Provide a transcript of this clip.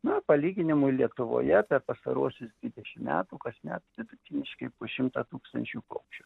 na palyginimui lietuvoje per pastaruosius dvidešimt metų kasmet vidutiniškai po šimtą tūkstančių paukščių